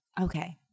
Okay